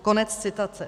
Konec citace.